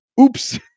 Oops